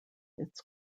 its